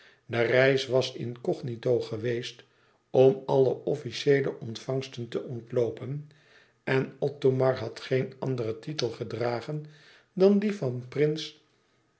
de reis was incognito geweest om alle officieele ontvangst te ontloopen en othomar had geen anderen titel gedragen dan dien van prins